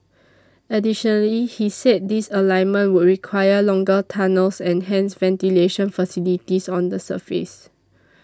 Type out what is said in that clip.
additionally he said this alignment will require longer tunnels and hence ventilation facilities on the surface